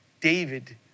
David